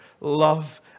love